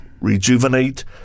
rejuvenate